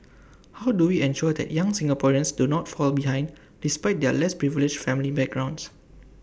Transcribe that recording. how do we ensure that young Singaporeans do not fall behind despite their less privileged family backgrounds